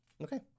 okay